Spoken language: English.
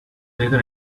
either